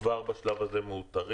כבר בשלב הזה הם מאותרים,